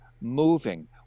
moving